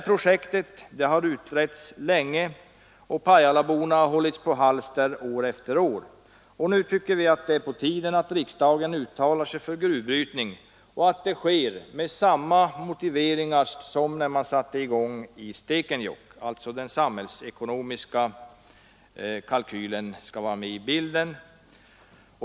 Projektet har utretts länge, och pajalaborna har hållits på halster år efter år. Nu tycker vi att det är på tiden att riksdagen uttalar sig för gruvbrytning, och det med samma motivering som när man satte i gång i Stekenjokk. Den samhällsekonomiska kalkylen skall alltså vara med i bilden.